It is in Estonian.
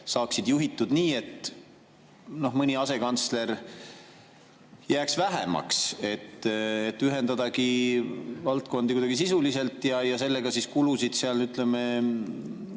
saaksid juhitud nii, et mõni asekantsler jääks vähemaks, et ühendadagi valdkondi kuidagi sisuliselt ja sellega kulusid tippjuhtimises